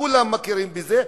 כולם מכירים בזה,